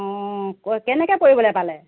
অঁ ক কেনেকৈ পৰিবলে পালে